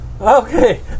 Okay